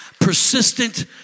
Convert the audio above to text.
Persistent